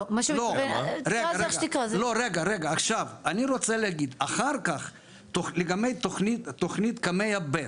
לא, אני רוצה להגיד, לגבי תוכנית קמ"ע ב',